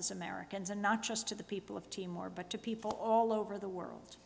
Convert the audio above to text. as americans and not just to the people of timor but to people all over the world